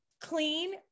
clean